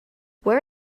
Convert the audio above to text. where